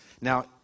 Now